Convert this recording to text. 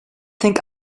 think